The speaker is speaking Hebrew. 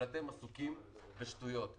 אבל אתם עסוקים בשטויות.